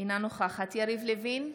אינה נוכחת יריב לוין,